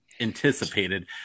anticipated